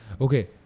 Okay